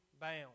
bound